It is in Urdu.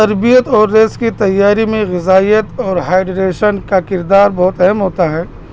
تربیت اور ریس کی تیاری میں غذائیت اور ہائیڈریشن کا کردار بہت اہم ہوتا ہے